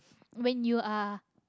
when you are